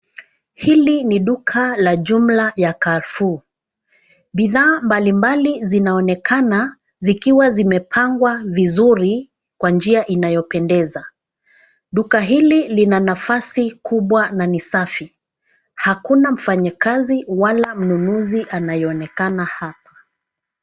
Hili ni duka la jumla ya Carrefour, bidhaa mbalimbali zinaonekana zikiwa zimepangwa vizuri kwa njia inayopendeza. Duka hili lina nafasi kubwa na ni safi , hakuna mfanyikazi wala mnunuzi anayeonekana hapa.